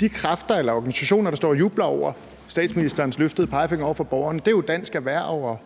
tænke over, at de organisationer, som står og jubler over statsministerens løftede pegefinger over for borgerne, er Dansk Erhverv og